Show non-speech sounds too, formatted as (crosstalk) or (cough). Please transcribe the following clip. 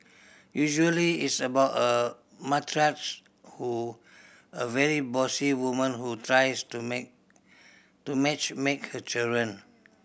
usually it's about a matriarch who a very bossy woman who tries to (unintelligible) to match make her children